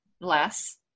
less